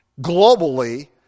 globally